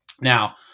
Now